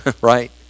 right